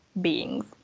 beings